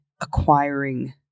acquiring